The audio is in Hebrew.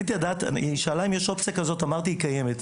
היא שאלה האם יש אופציה כזו, ואמרתי שהיא קיימת.